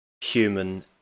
human